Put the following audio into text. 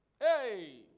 Hey